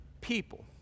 people